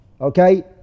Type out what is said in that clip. Okay